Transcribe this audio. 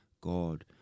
God